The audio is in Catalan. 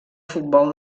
futbol